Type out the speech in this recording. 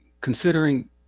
considering